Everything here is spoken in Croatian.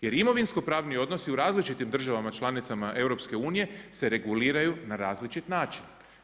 Jer imovinsko pravni odnosi u različitim državama članicama EU se reguliraju na različit način.